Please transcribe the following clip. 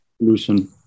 solution